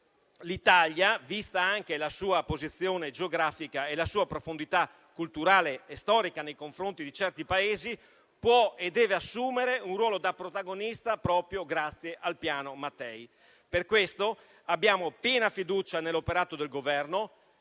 l'Italia, vista anche la sua posizione geografica e la sua profondità culturale e storica nei confronti di certi Paesi, può e deve assumere un ruolo da protagonista proprio grazie al Piano Mattei. Per questo abbiamo piena fiducia nell'operato del Governo,